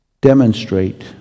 demonstrate